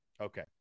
Okay